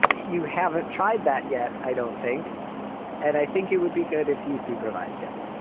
you haven't tried that yet? i don't think and i think it would be good if you supervised him